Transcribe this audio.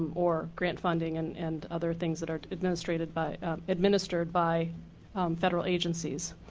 or grant funding and and other things that are administered by administered by federal agencies.